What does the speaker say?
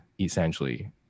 essentially